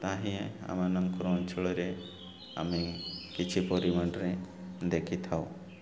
ତା' ହିଁ ଆମମାନଙ୍କର ଅଞ୍ଚଳରେ ଆମେ କିଛି ପରିମାଣରେ ଦେଖିଥାଉ